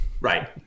right